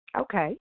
Okay